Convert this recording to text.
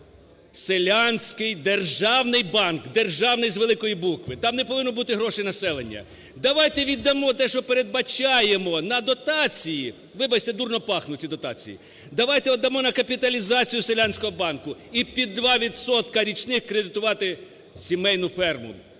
Селянський державний банк, державний з великої букви, там не повинно бути гроші, населення, давайте віддамо те, що передбачаємо на дотації, вибачте, дурно пахнуть ці дотації. Давайте віддаємо на капіталізацію селянського банку і під 2 відсотка річних кредитувати сімейну ферму,